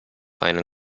einen